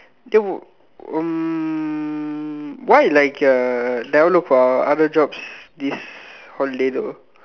then um why like uh never look for other jobs this holiday though